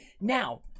Now